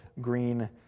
green